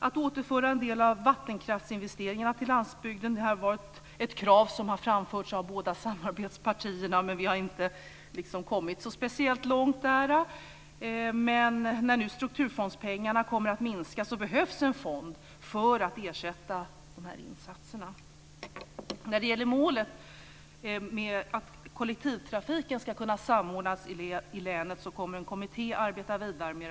Att återföra en del av vattenkraftsinvesteringarna till landsbygden är ett krav som har framförts av båda samarbetspartierna, men vi har liksom inte kommit så speciellt långt där. Men när strukturfondspengarna nu kommer att minska behövs en fond för att ersätta de här insatserna. Målet att kollektivtrafiken ska kunna samordnas i länet kommer en kommitté att arbeta vidare med.